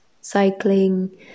cycling